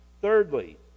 Thirdly